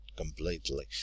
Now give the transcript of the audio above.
completely